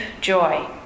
joy